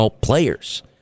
players